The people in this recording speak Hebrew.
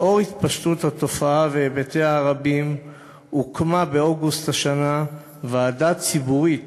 לאור התפשטות התופעה והיבטיה הרבים הוקמה באוגוסט השנה ועדה ציבורית